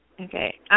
Okay